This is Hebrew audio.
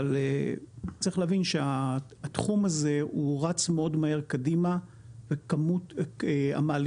אבל צריך להבין שהתחום הזה הוא רץ מאוד מר קדימה וכמות המעליות,